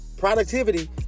Productivity